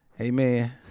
Amen